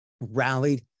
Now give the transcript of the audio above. rallied